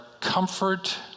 comfort